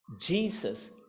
jesus